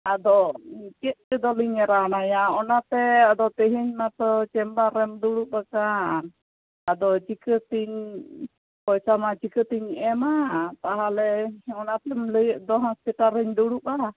ᱟᱫᱚ ᱪᱮᱫ ᱛᱮᱫᱚ ᱞᱤᱧ ᱨᱟᱱ ᱟᱭᱟ ᱟᱫᱚ ᱚᱱᱟᱛᱮ ᱟᱫᱚ ᱛᱤᱦᱤᱧ ᱢᱟᱛᱚ ᱪᱮᱢᱵᱟᱨᱮᱢ ᱫᱩᱲᱩᱵ ᱟᱠᱟᱱ ᱟᱫᱚ ᱪᱤᱠᱟᱹᱛᱤᱧ ᱯᱚᱭᱥᱟᱢᱟ ᱪᱤᱠᱟᱹ ᱛᱤᱧ ᱮᱢᱟ ᱛᱟᱦᱚᱞᱮ ᱚᱱᱟᱛᱮᱢ ᱞᱟᱹᱭᱮᱫ ᱫᱚ ᱦᱳᱥᱯᱤᱴᱟᱞ ᱨᱮᱢ ᱫᱩᱲᱩᱵᱜᱼᱟ